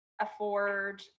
afford